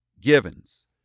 Givens